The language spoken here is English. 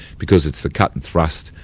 because it's the cut and thrust,